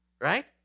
right